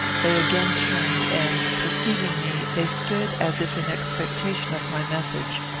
they again turned and, perceiving me, they stood as if in expectation of my message.